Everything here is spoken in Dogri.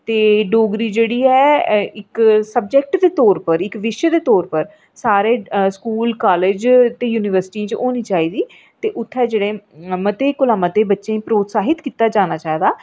ते डोगरी जेह्ड़ी ऐ इक सब्जैक्ट दे तौर पर विशे दे तौर पर सारे स्कूल काॅलेज ते यूनिवर्सिटी च होनी चाहिदी ते उत्थै जेह्ड़े मते कोला मते बच्चें गी प्रोत्साहित कीता जाना चाहिदा